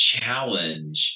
challenge